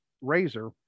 razor